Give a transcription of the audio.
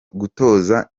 gutoza